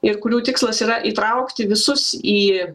ir kurių tikslas yra įtraukti visus į